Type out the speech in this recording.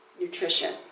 nutrition